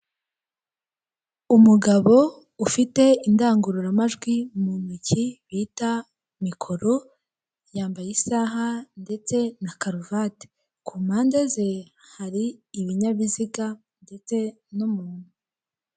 Umugabo ufite indangururamajwi mu ntoki bita mikoro, yambaye isaha ndetse na karuvati. Ku mpande ze hari ibinyabiziga, ndetse n'umuntu.